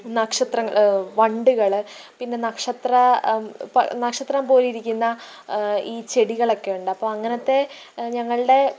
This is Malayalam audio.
നക്ഷത്രങ്ങൾ വണ്ടുകള് പിന്നെ നക്ഷത്ര പ നക്ഷത്രം പോലിരിക്കിന്ന ഈ ചെടികളെക്കൊയുണ്ട് അപ്പോള് അങ്ങനത്തെ ഞങ്ങളുടെ